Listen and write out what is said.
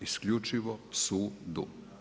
Isključivo sudu.